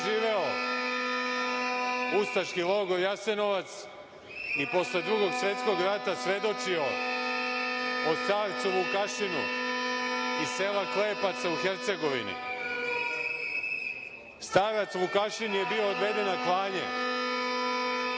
preživeo ustaški logor Jasenovac i posle Drugog svetskog rata svedočio o starcu Vukašinu iz sela Klepac u Hercegovini. Starac Vukašin je bio odveden na klanje.